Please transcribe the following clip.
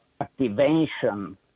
activation